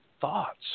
thoughts